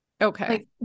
Okay